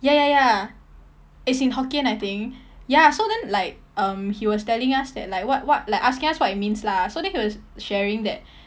ya ya ya it's in hokkien I think ya so then like um he was telling us that like what what like asking us what it means lah so then he was sharing that